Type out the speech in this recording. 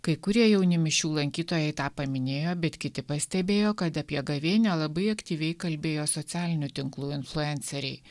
kai kurie jauni mišių lankytojai tą paminėjo bet kiti pastebėjo kad apie gavėnią labai aktyviai kalbėjo socialinių tinklų influenceriai